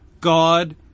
God